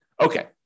Okay